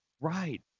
Right